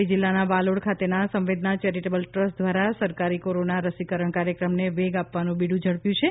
તાપી જિલ્લાના વાલોડ ખાતેના Samvedana charitable trust દ્વારા સરકારી કોરોના રસીકરણ કાર્યક્રમને વેગ આપવાનું બીડું ઝડપ્યું છે